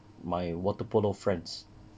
my water polo friends